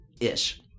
Ish